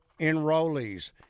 enrollees